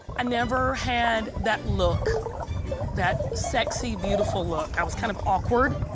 i never had that look that sexy, beautiful look. i was kind of awkward.